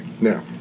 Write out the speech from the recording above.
Now